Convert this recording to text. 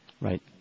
Right